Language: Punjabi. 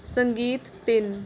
ਸੰਗੀਤ ਤਿੰਨ